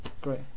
great